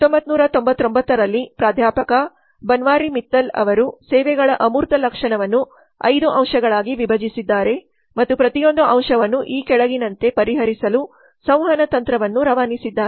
1999 ರಲ್ಲಿ ಪ್ರಾಧ್ಯಾಪಕ ಬನ್ವಾರಿ ಮಿತ್ತಲ್ ಅವರು ಸೇವೆಗಳ ಅಮೂರ್ತ ಗುಣಲಕ್ಷಣವನ್ನು ಐದು ಅಂಶಗಳಾಗಿ ವಿಭಜಿಸಿದ್ದಾರೆ ಮತ್ತು ಪ್ರತಿಯೊಂದು ಅಂಶವನ್ನು ಈ ಕೆಳಗಿನಂತೆ ಪರಿಹರಿಸಲು ಸಂವಹನ ತಂತ್ರವನ್ನು ರವಾನಿಸಿದ್ದಾರೆ